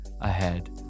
ahead